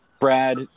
Brad